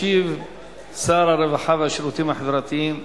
ישיב שר הרווחה והשירותים החברתיים,